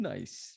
Nice